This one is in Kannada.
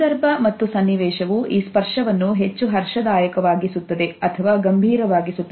ಸಂದರ್ಭ ಮತ್ತು ಸನ್ನಿವೇಶವು ಈ ಸ್ಪರ್ಶವನ್ನು ಹೆಚ್ಚು ಹರ್ಷದಾಯಕ ವಾದಿಸುತ್ತದೆ ಅಥವಾ ಗಂಭೀರವಾಗಿಸುತ್ತದೆ